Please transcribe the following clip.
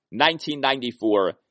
1994